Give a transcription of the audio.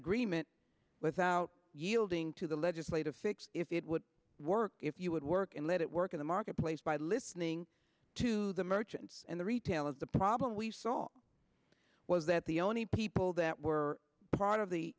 agreement without yielding to the legislative fix if it would work if you would work and let it work in the marketplace by listening to the merchants and the retailers the problem we saw was that the only people that were part of the